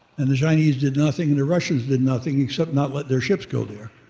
and the chinese did nothing and the russians did nothing except not let their ships go there.